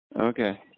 Okay